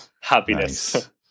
happiness